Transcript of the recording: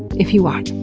if you want.